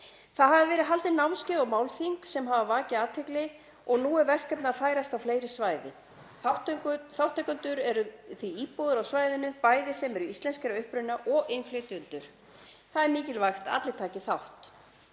Það hafa verið haldin námskeið og málþing sem hafa vakið athygli og nú er verkefnið að færast á fleiri svæði. Þátttakendur eru íbúar á svæðinu, bæði íslenskir að uppruna og innflytjendur. Það er mikilvægt að allir taki þátt.